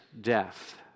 death